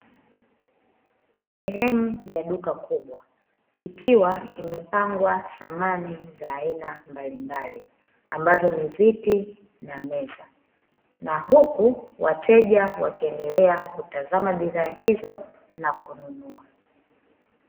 Sehemu ya duka kubwa ikiwa imepangwa samani za ina mbalimbali, ambazo ni viti na meza, na huku wateja wakiendelea kutazama bidhaa hizo na kununua.